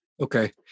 Okay